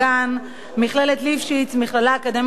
מכללת "ליפשיץ" מכללה אקדמית לחינוך,